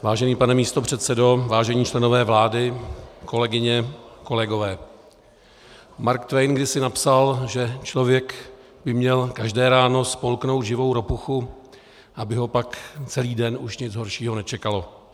Vážený pane místopředsedo, vážení členové vlády, kolegyně a kolegové, Mark Twain kdysi napsal, že člověk by měl každé ráno spolknout živou ropuchu, aby ho pak celý den už nic horšího nečekalo.